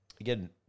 Again